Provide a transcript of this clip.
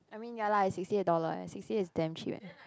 I mean ya lah is sixty eight dollar eh sixty eight is damn cheap eh